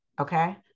Okay